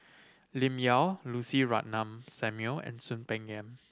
Lim Yau Lucy Ratnammah Samuel and Soon Peng Yam